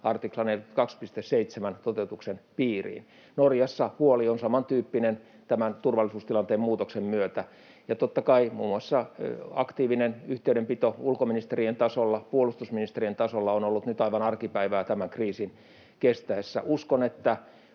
artiklan 42.7 toteutuksen piiriin. Norjassa huoli on samantyyppinen tämän turvallisuustilanteen muutoksen myötä. Ja totta kai muun muassa aktiivinen yhteydenpito ulkoministerien tasolla ja puolustusministerien tasolla on ollut nyt aivan arkipäivää tämän kriisin kestäessä. Uskon, että